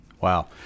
Wow